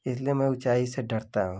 इतलिए मैं ऊँचाई से डरता हूँ